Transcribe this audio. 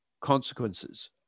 consequences